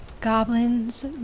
Goblins